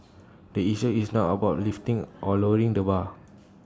the issue is not about lifting or lowering the bar